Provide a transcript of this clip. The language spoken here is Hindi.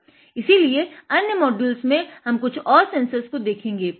इसीलिए अन्य मोडयुल्स में हम कुछ और सेन्सर्स देखेंगे